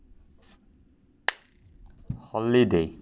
holiday